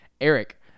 Eric